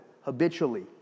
habitually